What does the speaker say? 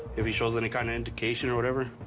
if he shows any kind of indication or whatever,